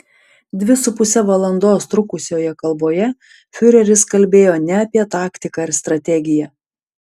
dvi su puse valandos trukusioje kalboje fiureris kalbėjo ne apie taktiką ir strategiją